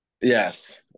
Yes